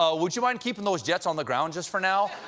ah would you mind keepin' those jets on the ground just for now?